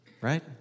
Right